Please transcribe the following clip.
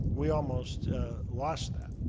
we almost lost that.